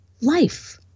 life